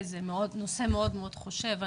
זה נושא מאוד מאוד חשוב.